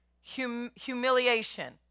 humiliation